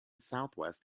southwest